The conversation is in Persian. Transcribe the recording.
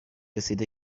رسیده